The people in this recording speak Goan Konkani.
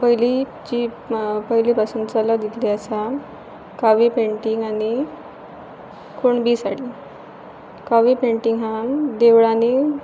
पयलीं जी पयली पासून चला दितली आसा कावी पेंटींग आनी कुणबी साडी कावी पेंटींग हा देवळांनी